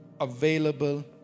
available